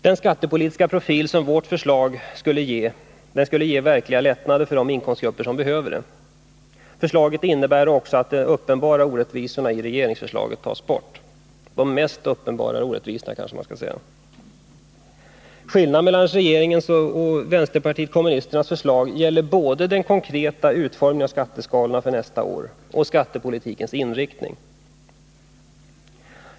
Den skattepolitiska profil vårt förslag har skulle ge verkliga lättnader för de inkomstgrupper som bäst behöver det. Förslaget innebär också att de mest uppenbara orättvisorna i regeringsförslaget tas bort. Skillnaden mellan regeringens och vänsterpartiet kommunisternas förslag gäller både den konkreta utformningen av skatteskalorna för nästa år och skattepolitikens inriktning.